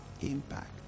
Impact